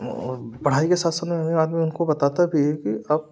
पढ़ाई के साथ साथ अमीर आदमी उनको बताता भी है कि आप